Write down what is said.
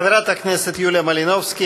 חברת הכנסת יוליה מלינובסקי,